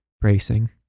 Bracing